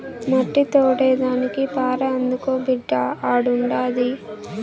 మట్టి తోడేదానికి పార అందుకో బిడ్డా ఆడుండాది